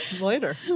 later